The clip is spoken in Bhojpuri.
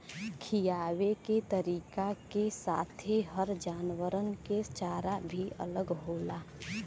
खिआवे के तरीका के साथे हर जानवरन के चारा भी अलग होला